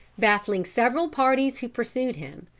baffling several parties who pursued him,